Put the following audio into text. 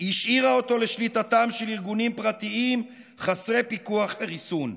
השאירה אותו לשליטתם של ארגונים פרטיים חסרי פיקוח וריסון.